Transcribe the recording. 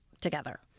together